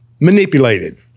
manipulated